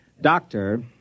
Doctor